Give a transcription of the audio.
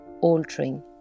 altering